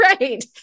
right